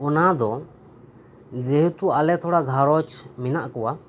ᱚᱱᱟ ᱫᱚ ᱡᱮᱦᱮᱛᱩ ᱟᱞᱮ ᱛᱷᱚᱲᱟ ᱜᱷᱟᱨᱚᱸᱡᱽ ᱢᱮᱱᱟᱜ ᱠᱚᱣᱟ